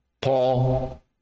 Paul